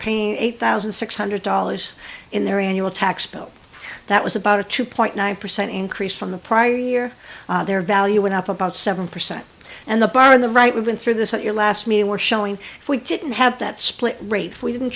paying eight thousand six hundred dollars in their annual tax bill that was about a two point nine percent increase from the prior year their value went up about seven percent and the bar in the right we've been through this at your last meeting were showing if we didn't have that split rate we didn't